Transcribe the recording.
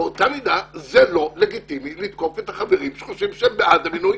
באותה מידה זה לא לגיטימי לתקוף את החברים שהם בעד המינוי.